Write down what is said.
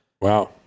Wow